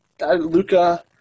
Luca